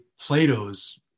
Plato's